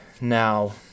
now